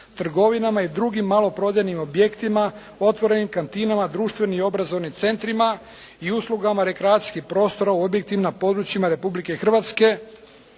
trgovinama i drugim maloprodajnim objektima, otvorenim kantinama, društvenim i obrazovnim centrima i uslugama rekreacijskih prostora u objektima na području Republike Hrvatske